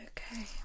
Okay